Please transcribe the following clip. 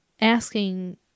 asking